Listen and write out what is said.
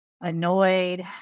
annoyed